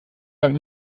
dank